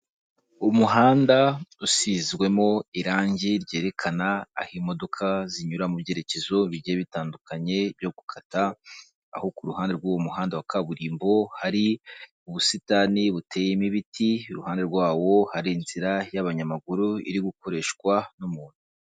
Umuhanda usizwemo irangi ryerekana aho imodoka zinyura mu byerekezo bigiye bitandukanye byo gukata, aho ku ruhande rw'uwo muhanda wa kaburimbo hari ubusitani buteyemo ibiti, iruhande rwawo hari inzira y'abanyamaguru iri gukoreshwa n'umuntu.